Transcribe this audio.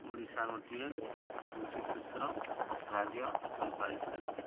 ଓଡ଼ିଶା ଗୋଟିଏ କୃଷି କ୍ଷେତ୍ର ରାଜ୍ୟ ହୋଇପାରିଛି